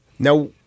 Now